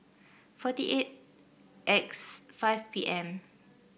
forty eight X five P M